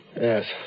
Yes